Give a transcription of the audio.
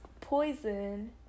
poison